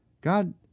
God